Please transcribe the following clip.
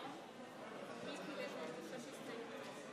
מי שלא רוצה לשבת